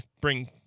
bring